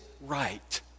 right